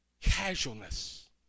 casualness